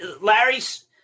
Larry's